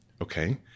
okay